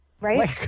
Right